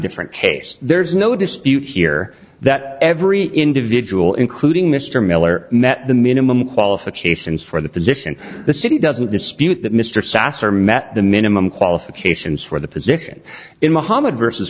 different case there's no dispute here that every individual including mr miller met the minimum qualifications for the position the city doesn't dispute that mr sasser met the minimum qualifications for the position in muhammad versus